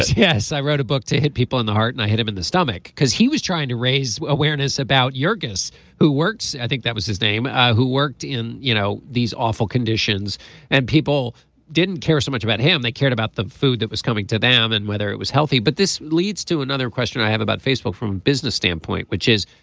yes i wrote a book to hit people in the heart and i hit him in the stomach because he was trying to raise awareness about your guess who works. i think that was his name who worked in you know these awful conditions and people didn't care so much about him they cared about the food that was coming to them and whether it was healthy. but this leads to another question i have about facebook from a business standpoint which is